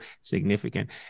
significant